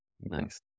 Nice